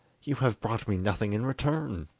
you have brought me nothing in return,